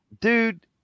dude